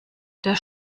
der